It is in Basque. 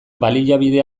baliabide